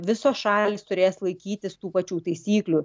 visos šalys turės laikytis tų pačių taisyklių